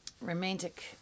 romantic